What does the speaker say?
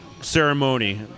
ceremony